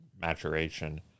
maturation